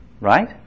Right